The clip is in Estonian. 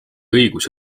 õigus